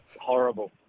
Horrible